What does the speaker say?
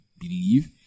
believe